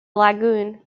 lagoon